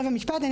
רבע משפט.